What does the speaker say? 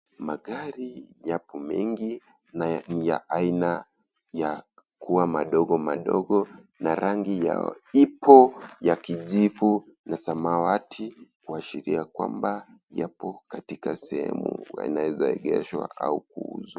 Magari yapo mengi na ni ya aina ya kuwa madogo madogo na rangi ya ipo ya kijivu na samawati kuashiria kwamba yapo katika sehemu wanaeza egeshwa au kuuzwa.